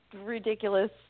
ridiculous